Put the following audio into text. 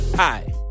Hi